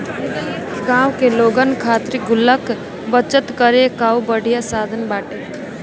गांव के लोगन खातिर गुल्लक बचत करे कअ बढ़िया साधन बाटे